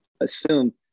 assume